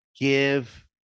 give